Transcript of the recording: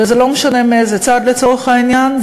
וזה לא משנה מאיזה צד לצורך העניין,